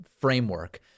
framework